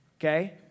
okay